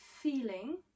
feeling